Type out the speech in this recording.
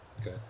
Okay